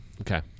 Okay